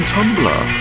Tumblr